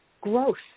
growth